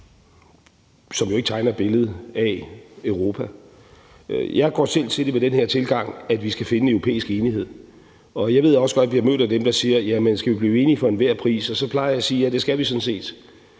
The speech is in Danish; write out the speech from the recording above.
som jo ikke tegner et billede af Europa. Jeg går selv til det med den her tilgang, at vi skal finde en europæisk enighed. Jeg ved også godt, at jeg bliver mødt af dem, der spørger: Jamen skal vi blive enige for enhver pris? Så plejer jeg at sige, at ja, det skal vi sådan set.